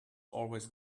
always